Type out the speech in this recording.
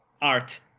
art